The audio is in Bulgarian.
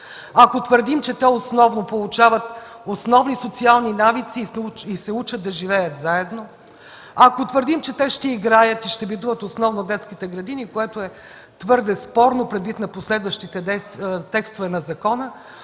ако твърдим, че те получават основни социални навици и се учат да живеят заедно; ако твърдим, че те ще играят и ще битуват основно в детските градини, което е твърде спорно, предвид последващите текстове на закона,